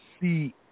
see